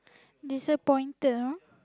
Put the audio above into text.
disappointed ah